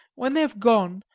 when they have gone,